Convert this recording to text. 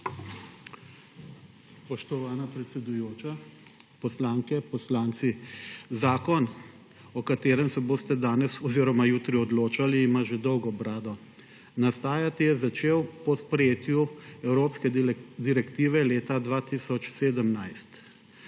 Spoštovana predsedujoča, poslanke, poslanci! Zakon, o katerem se boste danes oziroma jutri odločali, ima že dolgo brado. Nastajati je začel po sprejetju evropske direktive leta 2017.